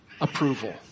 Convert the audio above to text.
approval